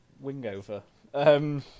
wing-over